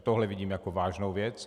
Tohle vidím jako vážnou věc.